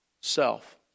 Self